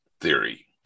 theory